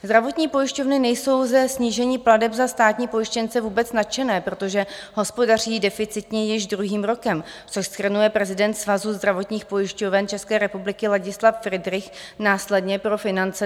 Zdravotní pojišťovny nejsou ze snížení plateb za státní pojištěnce vůbec nadšené, protože hospodaří deficitně již druhým rokem, což shrnuje prezident Svazu zdravotních pojišťoven České republiky Ladislav Friedrich následně pro Finance.cz: